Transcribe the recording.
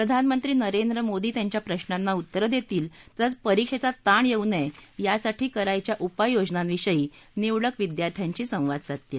प्रधानमंत्री नरेंद्र मोदी त्यांच्या प्रशाना उत्तरं देतील तसंच परीक्षेचा ताण येऊ नये यासाठी करायच्या उपाययोजनांविषयी निवडक विद्यार्थ्यांशी संवाद साधतील